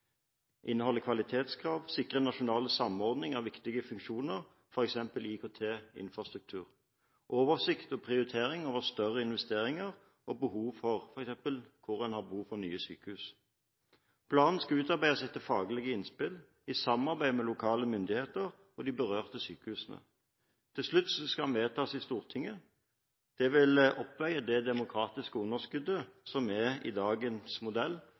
kvalitetskrav. Den skal sikre nasjonal samordning av viktige funksjoner, f.eks. IKT-infrastruktur. Planen skal ha en oversikt over og prioritering av større investeringer, f.eks. hvor man har behov for nye sykehus. Planen skal utarbeides etter faglige innspill, i samarbeid med lokale myndigheter og de berørte sykehusene. Til slutt skal den vedtas i Stortinget. Det vil veie opp for det demokratiske underskuddet som finnes i